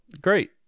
Great